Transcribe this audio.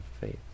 faith